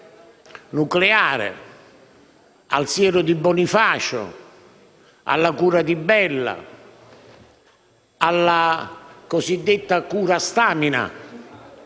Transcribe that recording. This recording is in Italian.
nucleare) al siero di Bonifacio, alla cura Di Bella, alla cosiddetta cura Stamina,